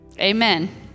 Amen